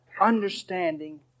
understanding